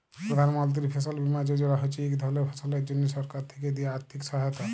প্রধাল মলতিরি ফসল বীমা যজলা হছে ইক ধরলের ফসলের জ্যনহে সরকার থ্যাকে দিয়া আথ্থিক সহায়তা